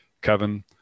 Kevin